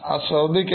അത് ശ്രദ്ധിക്കണം